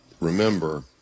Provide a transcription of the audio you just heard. Remember